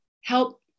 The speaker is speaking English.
help